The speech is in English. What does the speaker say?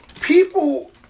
people